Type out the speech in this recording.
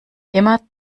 immer